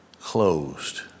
closed